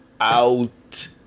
out